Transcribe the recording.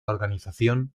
organización